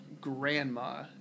grandma